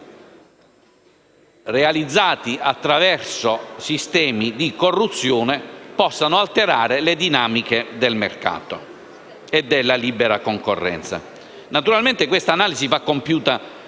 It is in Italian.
realizzati attraverso sistemi di corruzione possano alterare le dinamiche del mercato e della libera concorrenza. Naturalmente questa analisi va compiuta